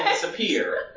disappear